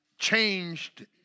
changed